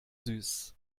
süß